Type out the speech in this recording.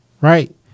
right